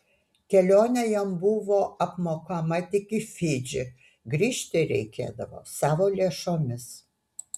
kelionė jam buvo apmokama tik į fidžį grįžti reikėdavo savo lėšomis